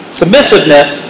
submissiveness